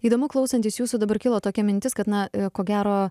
įdomu klausantis jūsų dabar kilo tokia mintis kad na ko gero